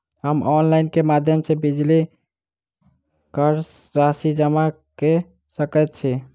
हम ऑनलाइन केँ माध्यम सँ बिजली कऽ राशि जमा कऽ सकैत छी?